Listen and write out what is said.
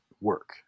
work